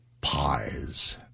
pies